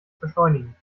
beschleunigen